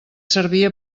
servia